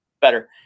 better